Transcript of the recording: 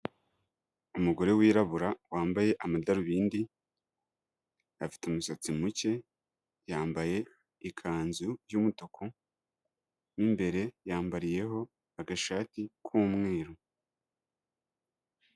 Umugore wirabura wambaye amadarubindi, afite umusatsi muke, yambaye ikanzu y'umutuku, mo imbere yambariyeho agashati k'umweru.